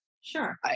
Sure